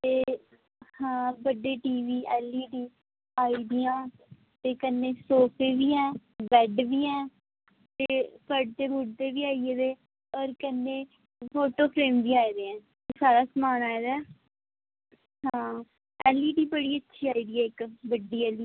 ते हां बड्डे टीवी एल ई डी आई दियां ते कन्नै सोफे वी ऐं बैड वी ऐं ते पर्दे पुर्दे वी आई गेदे और कन्नै फोटो फ्रेम वी आए दे ऐं सारा समान आए दा ऐ हां एल ई डी बड़ी अच्छी आई दी ऐ इक बड्डी आह्ली